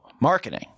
marketing